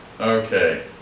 okay